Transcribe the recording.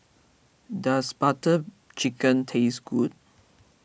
does Butter Chicken taste good